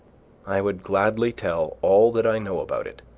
i would gladly tell all that i know about it,